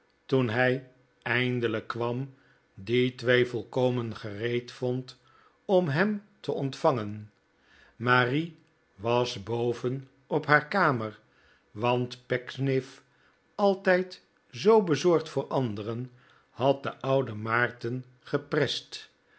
toen hij eindelijk kwam die twee volkomen gereed vond om hem te ontvangen marie was boven op haar kamer want pecksniff altijd zoo bezorgd voor anderen had den ouden maarten